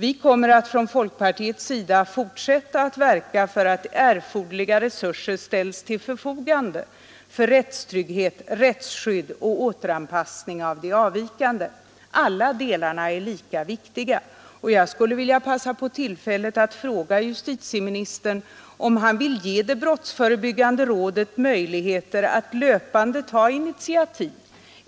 Vi kommer från folkpartiets sida att fortsätta att verka för att erforderliga resurser ställs till förfogande för rättstrygghet, rättsskydd och återanpassning av de avvikande. Alla delarna är lika viktiga. Jag vill passa på tillfället att fråga justitieministern om han vill ge det brottsförebyggande rådet möjligheter att löpande ta initiativ